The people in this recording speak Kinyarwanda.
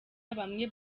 bamwe